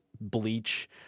Bleach